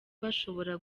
bashobora